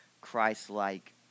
Christ-like